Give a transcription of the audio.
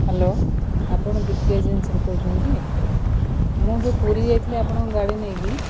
hello ଆପଣ B K ଏଜେନ୍ସିରୁ କହୁଛନ୍ତି କି ମୁଁ ଯେଉଁ ପୁରୀ ଯାଇଥିଲି ଆପଣଙ୍କ ଗାଡ଼ି ନେଇକି